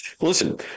Listen